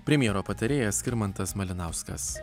premjero patarėjas skirmantas malinauskas